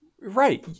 Right